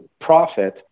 profit